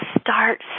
start